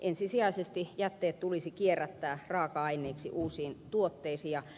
ensisijaisesti jätteet tulisi kierrättää raaka aineeksi uusiin tuotteisiin